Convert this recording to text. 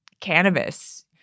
cannabis